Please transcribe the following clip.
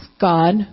God